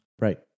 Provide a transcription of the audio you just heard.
Right